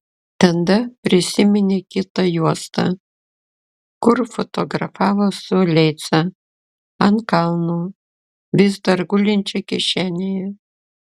tada prisiminė kitą juostą kur fotografavo su leica ant kalno vis dar gulinčią kišenėje